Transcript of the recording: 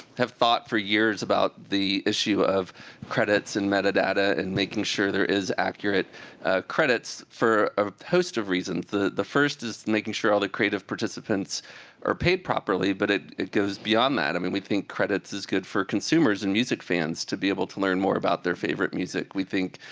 have fought for years about the issue of credits, and meta-data, and making sure there is accurate credits for a host of reasons. the the first is making sure all the creative participants are paid properly, but it it goes beyond that. i mean, we think credits is good for consumers and music fans, to be able to learn more about their favorite music. we think,